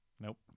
Nope